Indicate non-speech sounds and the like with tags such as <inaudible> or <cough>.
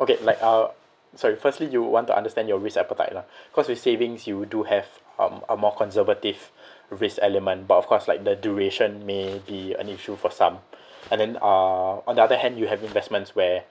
okay like uh sorry firstly you would want to understand your risk appetite lah <breath> cause with savings you do have um a more conservative risk element but of course like the duration may be an issue for some and then uh on the other hand you have investments where